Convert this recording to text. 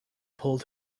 pulled